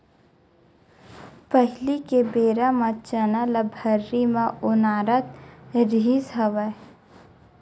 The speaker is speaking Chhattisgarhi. पहिली के बेरा म चना ल भर्री म ओनारत रिहिस हवय